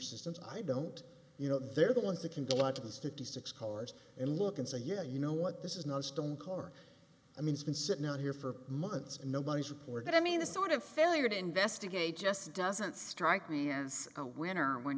systems i don't you know they're the ones that can do a lot of the statistics colors and look and say yeah you know what this is no stone core i mean it's been sitting out here for months and nobody's reported i mean the sort of failure to investigate just doesn't strike me as a winner when